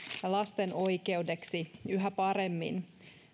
lasten oikeudeksi yhä paremmin